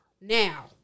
Now